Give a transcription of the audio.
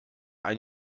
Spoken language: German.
ein